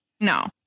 no